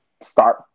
start